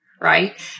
right